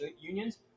unions